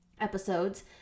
episodes